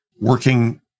working